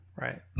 Right